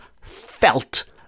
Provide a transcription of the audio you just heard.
felt